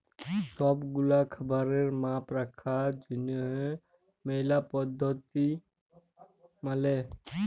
সব গুলা খাবারের মাপ রাখার জনহ ম্যালা পদ্ধতি মালে